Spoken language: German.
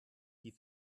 die